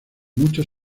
muchos